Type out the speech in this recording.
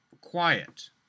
quiet